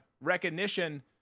recognition